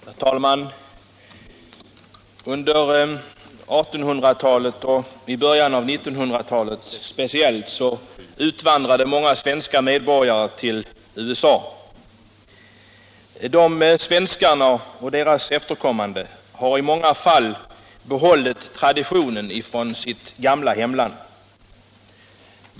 Herr talman! Under 1800-talet och speciellt i början av 1900-talet utvandrade många svenska medborgare till USA. De svenskarna och deras efterkommande har i många fall behållit traditionen från sitt gamla hem land.